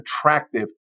attractive